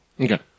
Okay